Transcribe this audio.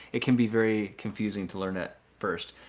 it can be very confusing to learn it first.